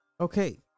Okay